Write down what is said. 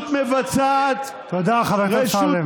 רשות מבצעת, תודה, חבר הכנסת אמסלם.